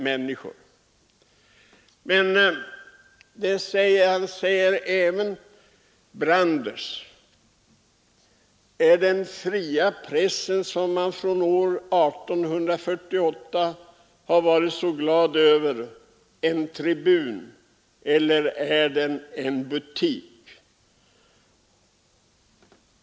Men är, det frågade sig även Brandes, den fria pressen, som man från år 1848 varit så glad över, en tribun eller en butik?